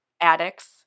addicts